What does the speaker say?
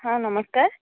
ହଁ ନମସ୍କାର